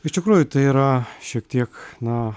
iš tikrųjų tai yra šiek tiek na